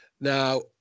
Now